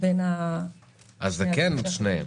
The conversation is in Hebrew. בין --- אז זה כן שניהם?